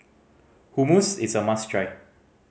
hummus is a must try